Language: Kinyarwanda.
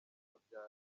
abyara